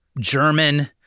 German